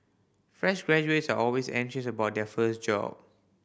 fresh graduates are always anxious about their first job